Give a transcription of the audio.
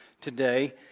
today